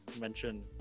mention